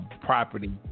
property